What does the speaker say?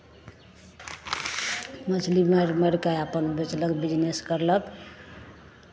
मछली मारि मारि कऽ अपन बेचलक बिजनेस करलक